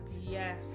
Yes